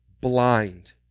blind